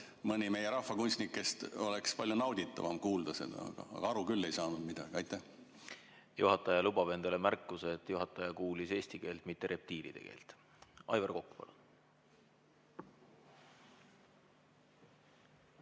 mõni meie rahvakunstnikest, siis oleks palju nauditavam seda kuulata. Aga aru küll ei saanud midagi. Juhataja lubab endale märkuse, et juhataja kuulis eesti keelt, mitte reptiilide keelt. Aivar Kokk,